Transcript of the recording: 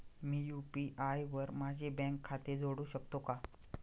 मी UPI वर माझे bank खाते जोडू शकतो का?